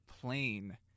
plain